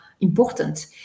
important